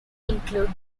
include